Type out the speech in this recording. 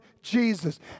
Jesus